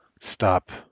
stop